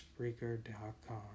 Spreaker.com